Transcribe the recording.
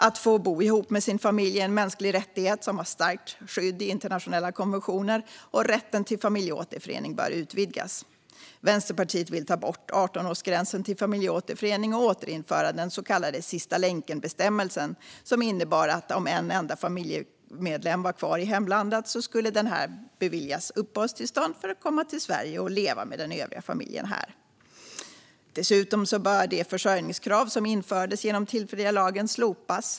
Att få bo ihop med sin familj är en mänsklig rättighet som har starkt skydd i internationella konventioner, och rätten till familjeåterförening bör utvidgas. Vänsterpartiet vill ta bort 18-årsgränsen för familjeåterförening och återinföra den så kallade sista-länken-bestämmelsen, som innebar att om en enda familjemedlem var kvar i hemlandet skulle denne beviljas uppehållstillstånd för att få komma till Sverige och leva med den övriga familjen här. Dessutom bör det försörjningskrav som infördes genom den tillfälliga lagen slopas.